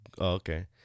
Okay